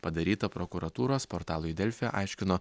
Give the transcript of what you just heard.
padaryta prokuratūros portalui delfi aiškino